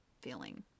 feeling